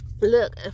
Look